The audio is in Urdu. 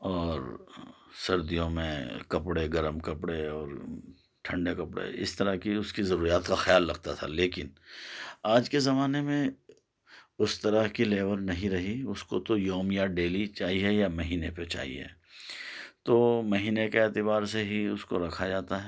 اور سردیوں میں کپڑے گرم کپڑے اور ٹھنڈے کپڑے اس طرح کی اس کی ضروریات کا خیال رکھتا تھا لیکن آج کے زمانے میں اس طرح کی لیبر نہیں رہی اس کو تو یومیہ ڈیلی چاہئے یا مہینے پہ چاہئے تو مہینے کے اعتبار سے ہی اس کو رکھا جاتا ہے